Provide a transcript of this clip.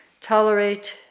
tolerate